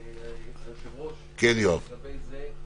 היושב-ראש, לגבי זה,